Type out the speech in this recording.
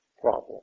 problem